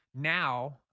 now